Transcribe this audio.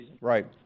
Right